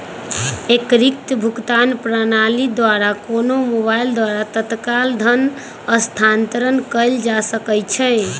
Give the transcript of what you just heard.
एकीकृत भुगतान प्रणाली द्वारा कोनो मोबाइल द्वारा तत्काल धन स्थानांतरण कएल जा सकैछइ